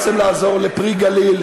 אתה מדבר בלי לדעת על מה אתה מדבר.